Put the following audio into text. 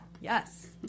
Yes